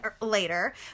later